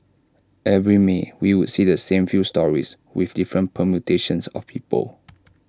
every may we would see the same few stories with different permutations of people